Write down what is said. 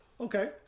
Okay